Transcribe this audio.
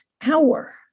hour